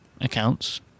accounts